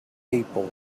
people